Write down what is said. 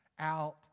out